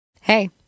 Hey